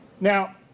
Now